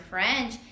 French